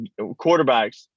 quarterbacks